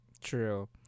True